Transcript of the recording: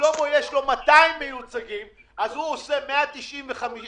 ולשלמה יש 200 מיוצגים אז הוא עושה חמישה